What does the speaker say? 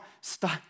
stop